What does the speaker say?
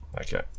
Okay